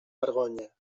vergonya